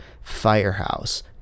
firehouse